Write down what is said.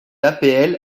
l’apl